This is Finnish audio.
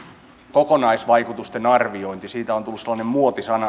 kokonaisvaikutusten arvioinnista on tullut sellainen muotisana